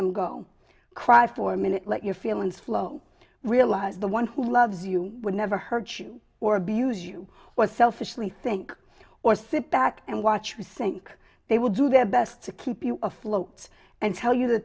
them go cry for a minute let your feelings flow realize the one who loves you will never hurt you or abuse you was selfishly think or sit back and watch who think they will do their best to keep you afloat and tell you the